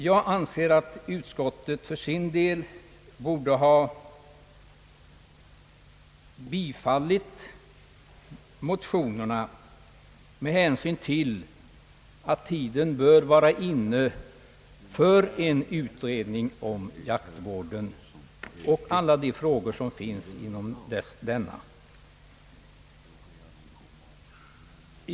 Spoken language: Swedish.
Jag anser att utskottet borde ha tillstyrkt motionerna med hänsyn till att tiden bör vara inne för en utredning om jaktvården och alla de frågor som ryms inom denna.